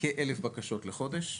כ-1,000 בקשות לחודש.